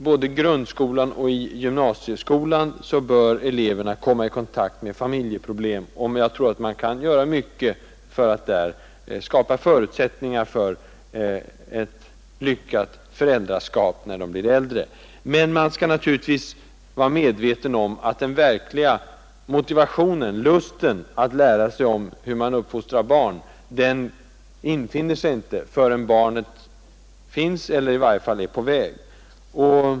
Både i grundskolan och i gymnasieskolan bör eleverna behandla familjeproblem, Där kan göras mycket för att skapa förutsättningar för ett lyckat föräldraskap, när eleverna blir äldre. Men den verkliga lusten att lära hur man uppfostrar barn infinner sig inte förrän barnet finns eller i varje fall är på väg.